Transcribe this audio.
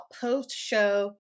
post-show